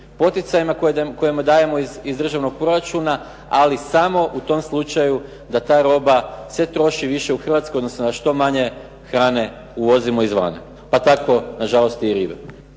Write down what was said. poticajima kojima dajemo iz državnog proračuna, ali samo u tom slučaju da ta roba se troši više u Hrvatskoj, odnosno da što manje hrane uvozimo izvana, a tako, nažalost i ribe.